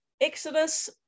Exodus